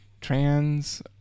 trans